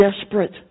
desperate